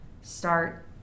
start